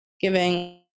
giving